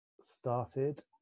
started